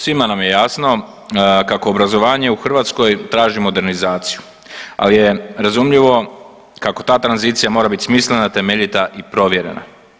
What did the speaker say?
Svima, svima nam je jasno kako obrazovanje u Hrvatskoj traži modernizaciju, ali je razumljivo kako ta tranzicija mora bit smislena, temeljita i provjerena.